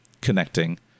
connecting